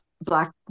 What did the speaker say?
black